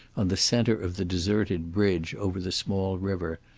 on the center of the deserted bridge over the small river,